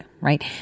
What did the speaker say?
right